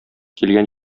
килгән